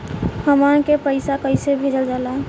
हमन के पईसा कइसे भेजल जाला?